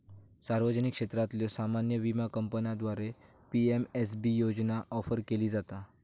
सार्वजनिक क्षेत्रातल्यो सामान्य विमा कंपन्यांद्वारा पी.एम.एस.बी योजना ऑफर केली जाता